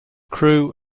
crew